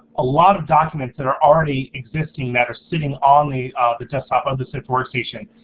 a lot of documents that are already existing that are sitting on the ah the desktop of the sift workstation.